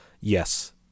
Yes